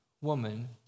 woman